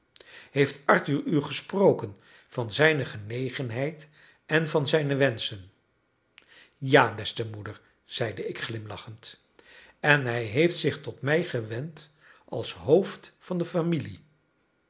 heeft arthur u gesproken van zijne genegenheid en van zijne wenschen ja beste moeder zeide ik glimlachend en hij heeft zich tot mij gewend als hoofd van de familie